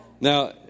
Now